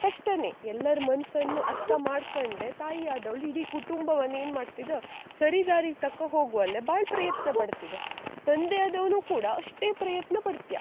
ಕಷ್ಟವೇ ಎಲ್ಲರ ಮನಸ್ಸನ್ನು ಅರ್ಥ ಮಾಡ್ಕಂಡು ತಾಯಿ ಆದವ್ಳು ಇಡೀ ಕುಟುಂಬವನ್ನೇ ಏನು ಮಾಡ್ತಿದ ಸರಿ ದಾರಿಗೆ ತಕೊ ಹೋಗುವಲ್ಲಿ ಭಾಳ ಪ್ರಯತ್ನ ಪಡ್ತಿದ ತಂದೆಯಾದವನು ಕೂಡ ಅಷ್ಟೇ ಪಯತ್ನ ಪಡ್ತ್ಯ